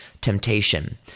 temptation